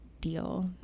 deal